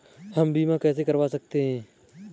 हम बीमा कैसे करवा सकते हैं?